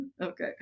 Okay